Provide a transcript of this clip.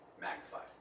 magnified